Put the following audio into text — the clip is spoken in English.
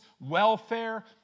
welfare